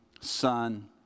son